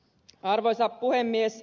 arvoisa puhemies